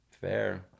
Fair